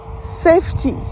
safety